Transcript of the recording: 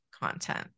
content